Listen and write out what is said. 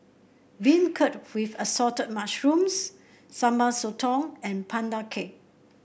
beancurd with Assorted Mushrooms Sambal Sotong and Pandan Cake